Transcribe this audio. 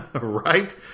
right